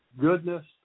Goodness